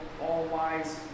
all-wise